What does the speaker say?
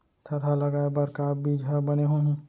थरहा लगाए बर का बीज हा बने होही?